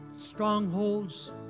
strongholds